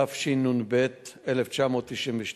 התשנ"ב 1992,